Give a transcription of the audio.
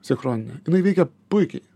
sinchroninė jinai veikia puikiai